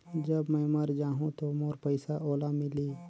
जब मै मर जाहूं तो मोर पइसा ओला मिली?